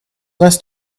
nice